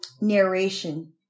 narration